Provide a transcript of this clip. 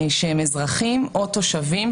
שהם אזרחים או תושבים,